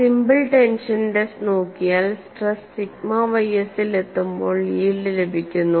simple tension test നോക്കിയാൽ stress sigma ys ൽ എത്തുമ്പോൾ യീൽഡ് ലഭിക്കുന്നു